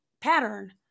pattern